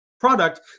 product